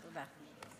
תודה.